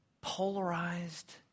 polarized